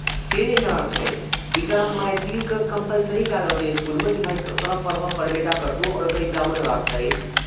से नहि होयबाक चाही एकरा मैथलीकेँ कम्पलसरी कए देबाक चाहियै इसकुलमे जे भाय तोरा पढ़य पड़बे टा करतहु आ ओकर एकटा एग्जामो होयबाक चाही